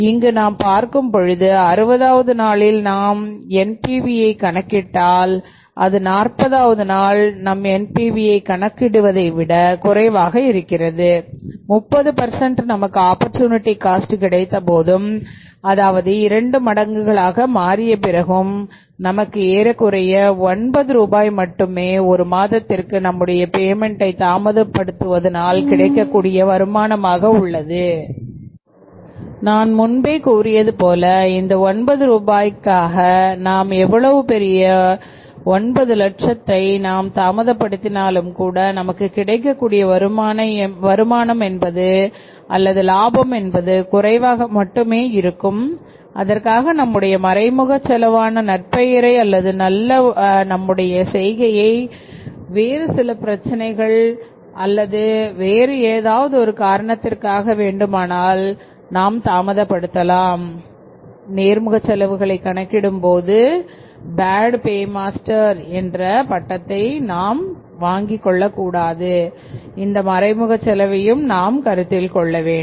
இங்கு நாம் பார்க்கும் பொழுது 60வது நாளில் நாம் என் NPVயை கணக்கிட்டால் அது நாற்பதாவது நாள் நாம் NPVயை கணக்கிடுவதை விட குறைவாக இருக்கிறது 30 நமக்கு ஆப்பர்சூனிட்டி காஸ்ட் கிடைத்தபோதும் அதாவது இரண்டு மடங்குகளாக மாறிய பிறகும் நமக்கு ஏறக்குறைய 9 ரூபாய் மட்டுமே ஒரு மாதத்திற்கு நம்முடைய பேமென்ட்டை தாமதப்படுத்தினால் கிடைக்கக்கூடிய வருமானம் ஆக உள்ளது நான் முன்பே கூறியது போல இந்த ஒன்பது ரூபாய்க்கு ஆக நாம் எவ்வளவு பெரிய ஒன்பது லட்சத்தை நாம் தாமதப் படுத்தினாலும் கூட நமக்கு கிடைக்கக்கூடிய வருமானம் என்பது அல்லது லாபம் என்பது குறைவாக மட்டுமே இருக்கும் அதற்காக நம்முடைய மறைமுக செலவான நற்பெயரை அல்லது நம்முடைய செய்கையால் வேறு சில பிரச்சனைகளை பிரேமா ஸ்டார் என்ற பட்டத்தை நாம் பெற்று விடக்கூடாதுநேர்முக செலவுகளை கணக்கிடும் போது இந்த மறைமுக செலவுகளையும் நாம் கருத்தில் கொள்ள வேண்டும்